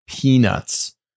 peanuts